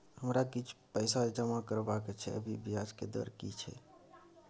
हमरा किछ पैसा जमा करबा के छै, अभी ब्याज के दर की छै?